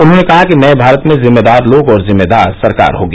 उन्होंने कहा कि नया भारत में जिम्मेदार लोग और जिम्मेदार सरकार होगी